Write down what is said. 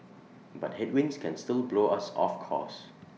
but headwinds can still blow us off course